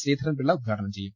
ശ്രീധരൻപിള്ള ഉദ്ഘാടനം ചെയ്യും